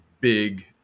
big